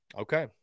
Okay